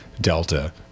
delta